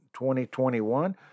2021